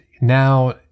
now